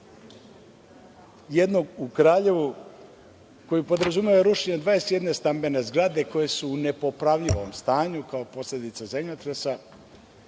jednog u Kraljevu, koji podrazumeva rušenje 21 stambene zgrade koje su u nepopravljivoj stanju kao posledice zemljotresa,